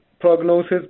prognosis